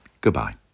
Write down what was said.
Goodbye